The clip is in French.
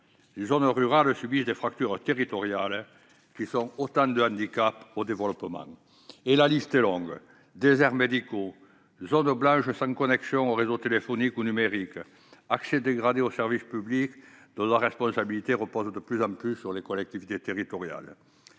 Les zones rurales subissent des fractures territoriales qui sont autant de handicaps au développement. La liste est longue : déserts médicaux, zones blanches sans connexion aux réseaux téléphoniques ou numériques ou encore accès dégradé aux services publics, dont la responsabilité repose de plus en plus sur les collectivités territoriales.